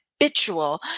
habitual